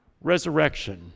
resurrection